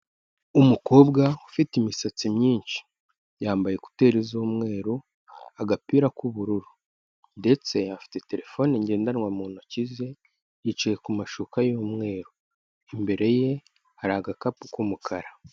Umukobwa ufite imisatsi myinshi, yambaye ekuteri z'umweru agapira k'ubururu ndetse afite terefone ngendanwa mu ntoki ze, yicaye ku mashuka y'umweru, imbere ye hari agakapu k'umukara.